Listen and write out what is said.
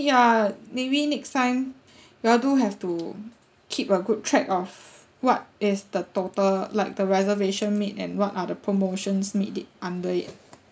ya maybe next time you'll do have to keep a good track of what is the total like the reservation made and what are the promotions made it under it